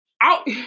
Out